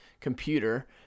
computer